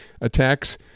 attacks